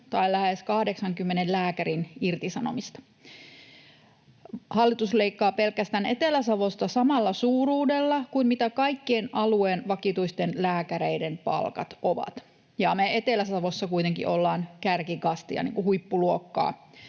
tai lähes 80 lääkärin irtisanomista. Hallitus leikkaa pelkästään Etelä-Savosta samalla suuruudella kuin mitkä ovat kaikkien alueen vakituisten lääkäreiden palkat, ja me Etelä-Savossa kuitenkin ollaan kärkikastia, huippuluokkaa,